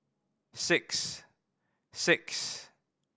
six six